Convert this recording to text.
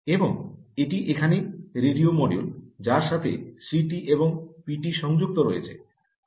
এবং এটি এখানে রেডিও মডিউল যার সাথে সিটি এবং পিটি সংযুক্ত রয়েছে